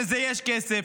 לזה יש כסף.